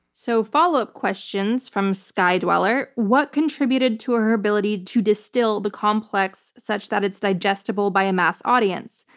so follow-up questions from skydweller. what contributed to ah her ability to distill the complex such that it's digestible by a mass audience?